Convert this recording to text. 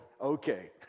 okay